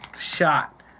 shot